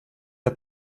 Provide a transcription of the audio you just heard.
der